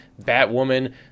Batwoman